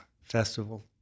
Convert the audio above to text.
Festival